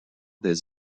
des